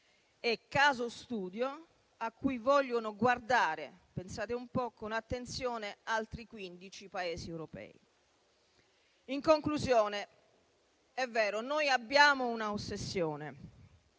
un caso di studio a cui vogliono guardare - pensate un po' - con attenzione altri quindici Paesi europei. In conclusione, è vero che noi abbiamo un'ossessione